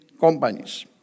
companies